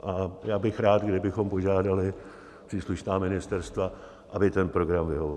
A já bych rád, abychom požádali příslušná ministerstva, aby ten program vyhovoval.